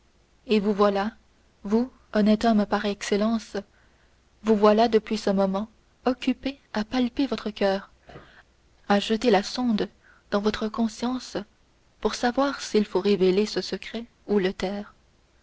et vous voilà vous honnête homme par excellence vous voilà depuis ce moment occupé à palper votre coeur à jeter la sonde dans votre conscience pour savoir s'il faut révéler ce secret ou le